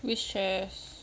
which chest